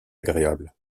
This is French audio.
agréable